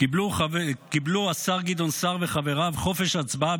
קיבלו השר גדעון סער וחבריו חופש הצבעה